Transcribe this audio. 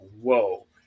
Whoa